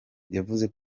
yavuze